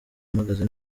mpagaze